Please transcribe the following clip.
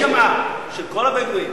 עם הסכמה של כל הבדואים,